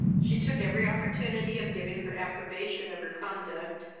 she took every opportunity of giving her approbation of her conduct,